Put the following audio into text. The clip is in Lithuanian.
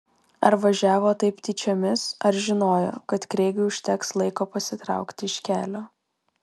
ar važiavo taip tyčiomis ar žinojo kad kreigui užteks laiko pasitraukti iš kelio